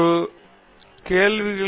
களில் ஒரு கல்வியாளர் பணிக்கு செல்வேன்